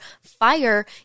fire